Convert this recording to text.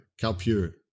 Calpure